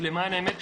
ולמען האמת,